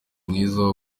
mwiza